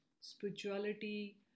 spirituality